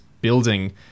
building